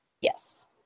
Yes